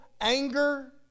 anger